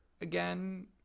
again